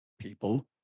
people